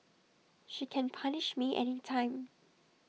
she can punish me anytime